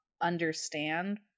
understand